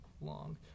long